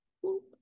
Whoop